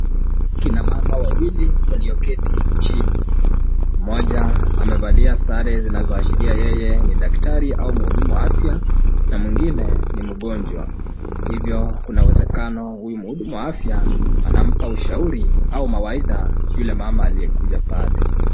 Kina mama wawili walioketi chini. Mmoja amevalia sare zinazoashiria yeye ni daktari au mhudumu wa afya na mwingine ni mgonjwa. Hivyo kuna uwezekano huyu mhuduma wa afya anampa ushauri au mawaidha yule mama aliyekuja pale.